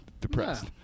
depressed